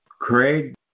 Craig